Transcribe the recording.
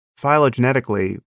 phylogenetically